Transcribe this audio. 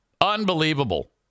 Unbelievable